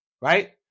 right